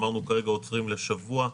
אמרנו: כרגע עוצרים לשבוע.